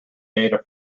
data